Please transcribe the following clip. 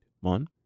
One